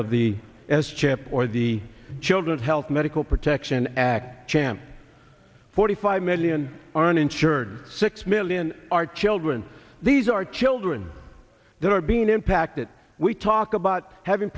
of the s chip or the children's health medical protection act jam forty five million are uninsured six million are children these are children that are being impacted we talk about having